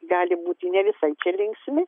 gali būti ne visai linksmi